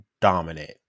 dominant